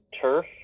turf